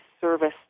service